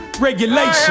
regulation